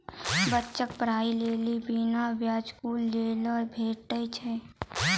बच्चाक पढ़ाईक लेल बिना ब्याजक लोन भेटै छै?